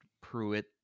Pruitt